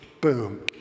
boom